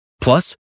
Plus